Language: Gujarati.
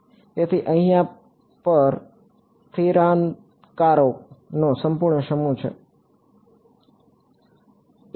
તેથી અહિંયા પર સ્થિરાંકોનો સંપૂર્ણ સમૂહ છે